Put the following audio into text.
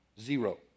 zero